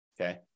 Okay